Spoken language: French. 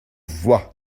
voix